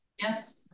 Yes